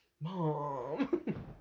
Mom